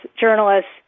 journalists